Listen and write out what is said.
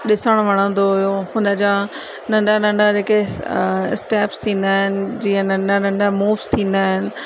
ॾिसणु वणंदो हुओ हुनजा नंढा नंढा जेके स्टेप्स थींदा आहिनि जीअं नंढा नंढा मूव्स थींदा आहिनि